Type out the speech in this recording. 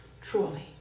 Truly